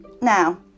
now